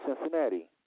Cincinnati